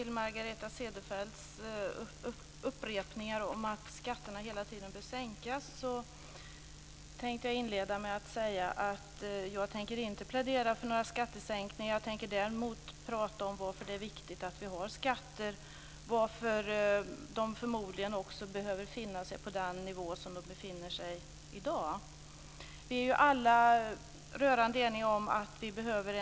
Det ligger också i arbetsgivarens intresse att arbetstagarna har en hög kompetens. Därför förordar vi moderater ett införande av individuella utbildningskonton eller kompetenskonton där resurser kan avsättas för kunskap och utveckling. En annan fråga som berörs i motionerna är resor till och från arbetet.